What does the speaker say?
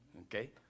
Okay